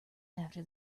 after